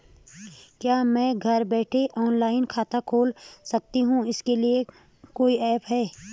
क्या मैं घर बैठे ऑनलाइन खाता खोल सकती हूँ इसके लिए कोई ऐप है?